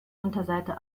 unterseite